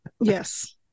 Yes